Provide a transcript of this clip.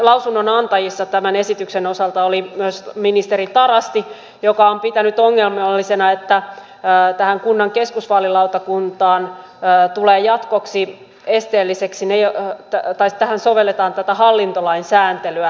lausunnonantajissa tämän esityksen osalta oli myös ministeri tarasti joka on pitänyt ongelmallisena että tähän kunnan keskusvaalilautakuntaan pää tulee jatkoksi esteelliseksi mie täyttäisi jatkossa sovelletaan tätä hallintolain sääntelyä